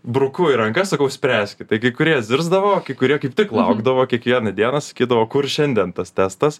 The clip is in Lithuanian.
bruku į rankas sakau spręskit taigi kai kurie zirzdavo kai kurie kaip tik laukdavo kiekvieną dieną sakydavo kur šiandien tas testas